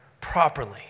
properly